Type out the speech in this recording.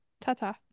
ta-ta